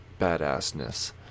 badassness